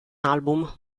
album